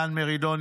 דן מרידור,